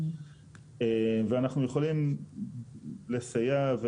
ואנחנו יכולים לסייע.